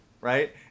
Right